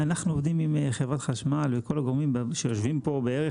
אנחנו עובדים עם חברת החשמל וכל הגורמים שיושבים פה בערך,